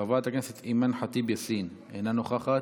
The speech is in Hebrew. חברת הכנסת אימן חטיב יאסין, אינה נוכחת.